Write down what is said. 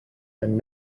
and